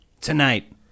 Tonight